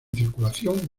circulación